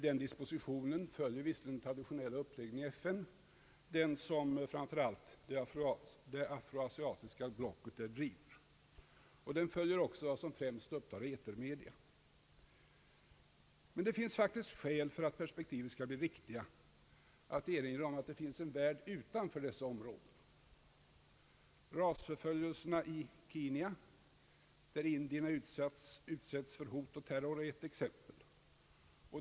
Den dispositionen följer visserligen traditionell uppläggning i FN, den som framför allt det afroasiatiska blocket bedriver, och den följer också vad som främst upptar etermedia. För att perspektivet skall bli riktigt finns det faktiskt skäl att erinra om att det finns en värld utanför detta område. Rasförföljelserna i Kenya, där indierna utsätts för hot och terror, är ett exempel.